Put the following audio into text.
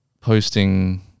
posting